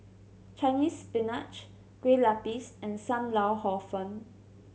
Chinese Spinach Kueh Lapis and Sam Lau Hor Fun